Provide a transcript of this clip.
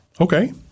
Okay